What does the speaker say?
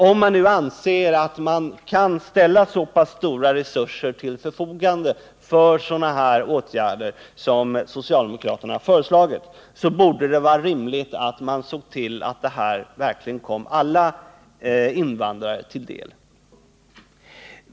Om man nu anser att man kan ställa så stora resurser till förfogande för sådana här åtgärder som socialdemokraterna föreslagit borde det vara rimligt att man såg till att de verkligen kom alla invandrare till del.